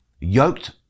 yoked